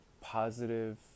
positive